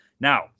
Now